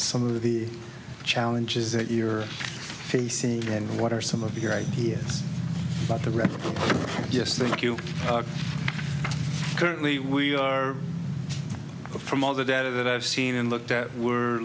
some of the challenges that you're facing and what are some of your ideas about the record yes thank you currently we are from all the data that i've seen and looked at were